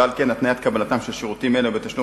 ועל כן התניית קבלתם של שירותים אלה בתשלום